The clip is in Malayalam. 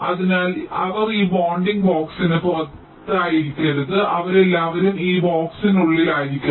അതിനാൽ അവർ ഈ ബോണ്ടിംഗ് ബോക്സിന് പുറത്തായിരിക്കരുത് അവരെല്ലാവരും ഈ ബോക്സിനുള്ളിലായിരിക്കണം